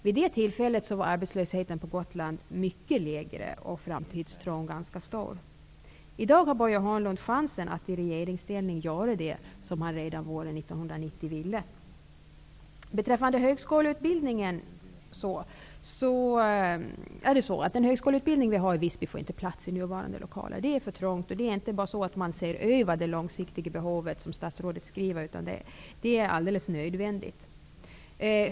Vid det tillfället var arbetslösheten på Gotland mycket lägre, och framtidstron var ganska stor. I dag har Börje Hörnlund chansen att i regeringsställning göra det som han redan våren 1990 ville göra. När det gäller Visbys högskoleutbildning ryms den inte i nuvarande lokaler. Det är för trångt. Det handlar inte om att se över behov på lång sikt, som statsrådet skriver, utan det är alldeles nödvändigt med fler lokaler.